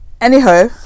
anyhow